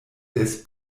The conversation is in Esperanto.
des